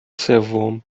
سوم